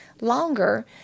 longer